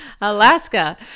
Alaska